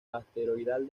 asteroidal